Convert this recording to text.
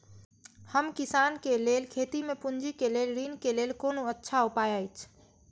हम किसानके लेल खेती में पुंजी के लेल ऋण के लेल कोन अच्छा उपाय अछि?